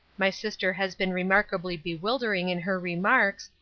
my sister has been remarkably bewildering in her remarks,